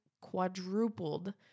quadrupled